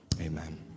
amen